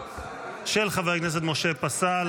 של חבר הכנסת משה פסל.